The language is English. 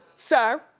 sir,